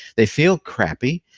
they feel crappy,